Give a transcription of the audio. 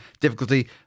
difficulty